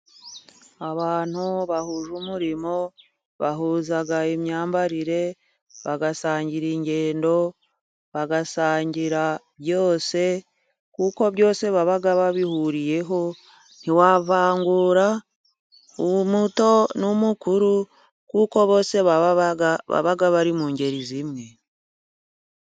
Abantu bahuje umurimo bahuza imyambarire, bagasangira ingendo, bagasangira byose, kuko byose baba babihuriyeho, ntiwavangura umoto n'umukuru kuko bose baba bari mu ngeri zimwe.